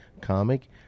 comic